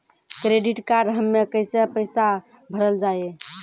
Credit card हम्मे कैसे पैसा भरल जाए?